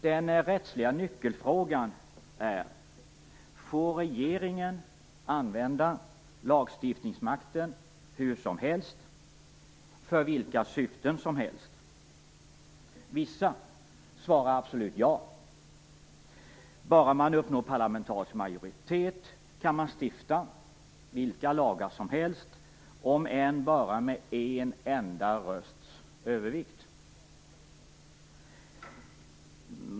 Den rättsliga nyckelfrågan är: Får regeringen använda lagstiftningsmakten hur som helst och för vilka syften som helst? Vissa svarar absolut ja. Bara man uppnår parlamentarisk majoritet kan man stifta vilka lagar som helst, om än bara med en enda rösts övervikt.